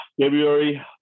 February